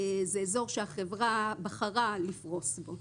זה אזור שהחברה בחרה לפרוס בו.